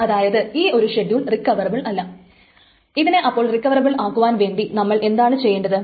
അതായത് ഈ ഒരു ഷെഡ്യൂൾ റിക്കവറബിൾ അല്ല ഇതിനെ അപ്പോൾ റിക്കവറബിൾ ആക്കുവാൻ വേണ്ടി നമ്മൾ എന്താണ് ചെയ്യേണ്ടത്